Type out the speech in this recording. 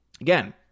Again